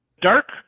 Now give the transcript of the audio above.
Dark